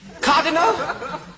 Cardinal